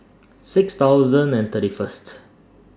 six thousand and thirty First